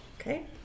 Okay